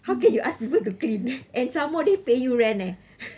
how can you ask people to clean and some more they pay you rent eh